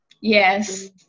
Yes